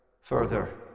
further